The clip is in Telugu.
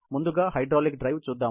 ముందుగా హైడ్రాలిక్ డ్రైవ్ చూద్దాం